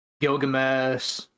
Gilgamesh